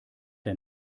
der